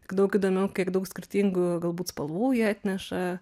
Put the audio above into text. daug įdomiau kiek daug skirtingų galbūt spalvų jie atneša